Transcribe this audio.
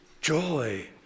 joy